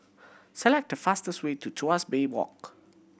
select the fastest way to Tuas Bay Walk